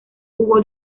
hubo